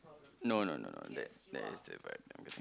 no no no that that is different